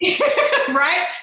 right